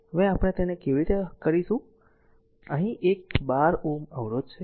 હવે આપણે તેને કેવી રીતે કરીશું અહીં એક 12 Ω અવરોધ છે